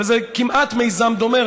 זה כמעט מיזם דומה,